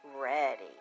ready